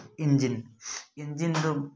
engine ଇଞ୍ଜିନ୍ର